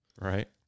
Right